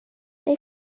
they